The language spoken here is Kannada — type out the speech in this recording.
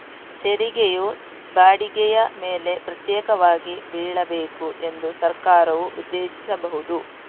ತೆರಿಗೆಯು ಬಾಡಿಗೆಯ ಮೇಲೆ ಪ್ರತ್ಯೇಕವಾಗಿ ಬೀಳಬೇಕು ಎಂದು ಸರ್ಕಾರವು ಉದ್ದೇಶಿಸಬಹುದು